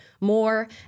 more